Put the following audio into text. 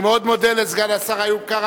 אני מאוד מודה לסגן השר איוב קרא,